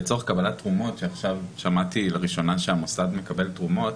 לצורך קבלת תרומות עכשיו שמעתי לראשונה שהמוסד מקבל תרומות